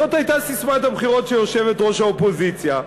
זאת הייתה ססמת הבחירות של יושבת-ראש האופוזיציה.